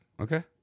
Okay